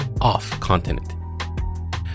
off-continent